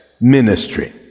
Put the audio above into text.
ministry